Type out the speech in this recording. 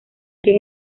quien